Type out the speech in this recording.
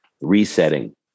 resetting